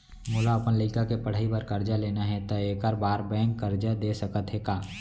मोला अपन लइका के पढ़ई बर करजा लेना हे, त एखर बार बैंक करजा दे सकत हे का?